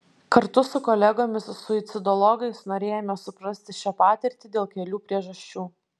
kartu su kolegomis suicidologais norėjome suprasti šią patirtį dėl kelių priežasčių